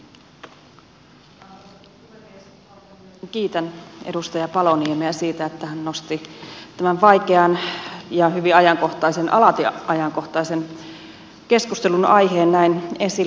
osaltani myöskin kiitän edustaja paloniemeä siitä että hän nosti tämän vaikean ja hyvin ajankohtaisen alati ajankohtaisen keskustelunaiheen näin esille